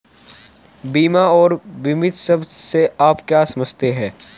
बीमा और बीमित शब्द से आप क्या समझते हैं?